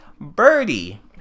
Birdie